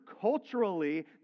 Culturally